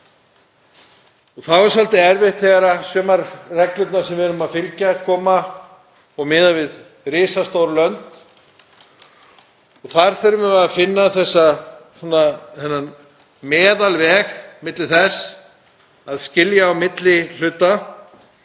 Þá er það svolítið erfitt þegar sumar reglurnar sem við erum að fylgja miðast við risastór lönd. Þar þurfum við að finna þennan meðalveg milli þess að skilja á milli hluta